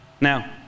now